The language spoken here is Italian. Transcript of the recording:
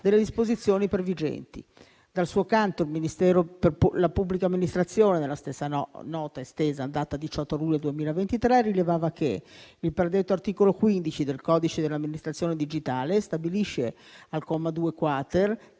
delle disposizioni previgenti. Dal suo canto, la pubblica amministrazione, nella stessa nota estesa in data 18 luglio 2023, rilevava che il predetto articolo 15 del codice dell'amministrazione digitale stabilisce al comma 2-*quater*